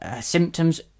symptoms